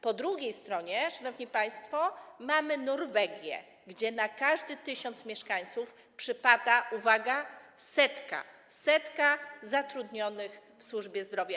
Po drugiej stronie, szanowni państwo, mamy Norwegię, gdzie na każdy 1000 mieszkańców przypada - uwaga - 100 zatrudnionych w służbie zdrowia.